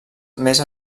més